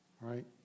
Right